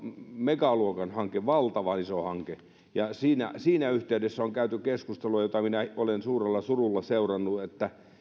megaluokan hanke valtavan iso hanke siinä siinä yhteydessä on käyty keskustelua jota minä olen suurella surulla seurannut